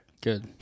good